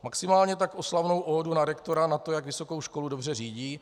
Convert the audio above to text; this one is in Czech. Maximálně tak oslavnou ódu na rektora, na to, jak vysokou školu dobře řídí.